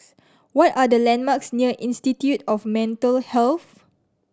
what are the landmarks near Institute of Mental Health